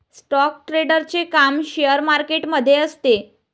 stock ट्रेडरचे काम share market मध्ये असते